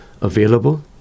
available